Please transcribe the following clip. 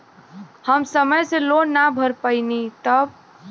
हम समय से लोन ना भर पईनी तब?